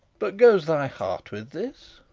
but goes thy heart with this?